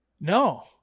No